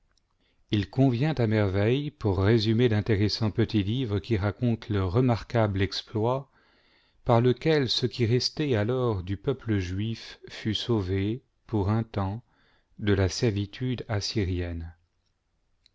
il convient à merveille pour résumer l'intéressant petit livre qui raconte le remarquable exploit par lequel ce qui restait alors du peuple juif fut sauvé pour un temps de la servitude assyrienne